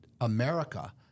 America